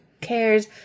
cares